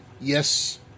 yes